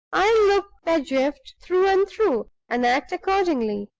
i'll look pedgift through and through, and act accordingly.